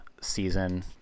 season